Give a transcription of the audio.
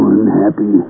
unhappy